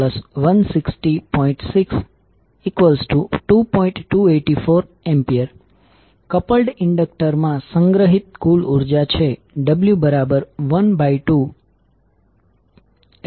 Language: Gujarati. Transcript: આપણે જોઈશું કે જો આ સ્થિતિ છે તો આપણે કેવી રીતે ઇન્ડ્યુસડ મ્યુચ્યુઅલ વોલ્ટેજ પોલેરિટી નક્કી કરી શકીશું